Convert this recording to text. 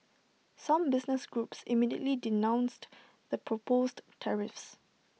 some business groups immediately denounced the proposed tariffs